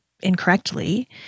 incorrectly